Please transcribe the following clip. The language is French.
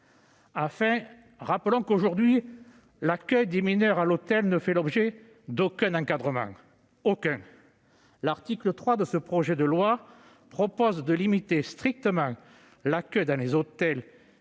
rappelons-le, aujourd'hui, l'accueil de mineurs à l'hôtel ne fait l'objet d'aucun encadrement. Aucun ! L'article 3 de ce projet de loi limite strictement l'accueil dans les hôtels